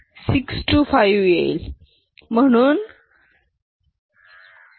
625 येईल